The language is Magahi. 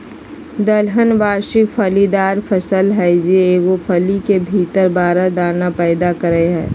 दलहन वार्षिक फलीदार फसल हइ जे एगो फली के भीतर बारह दाना पैदा करेय हइ